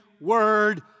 word